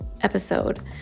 episode